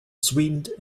sweetened